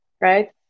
right